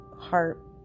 heart